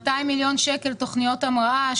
אנחנו מקצים 200 מיליון שקלים לתוכניות המראה,